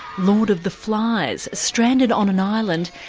lord of the flies. stranded on an island,